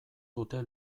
dute